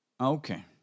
Okay